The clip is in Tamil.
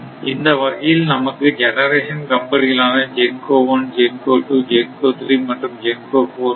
இந்த வகையில் நமக்கு ஜெனரேஷன் கம்பெனிகள் ஆன GENCO 1 GENCO 2 GENCO 3 மற்றும் GENCO 4 உள்ளது